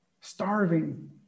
starving